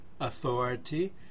authority